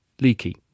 leaky